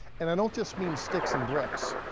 and i don't just mean sticks and bricks,